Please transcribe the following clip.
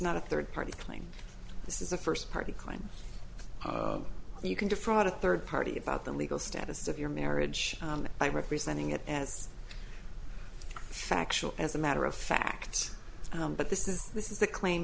not a third party claim this is a first party claim you can defraud a third party about the legal status of your marriage by representing it as factual as a matter of fact but this is this is the claim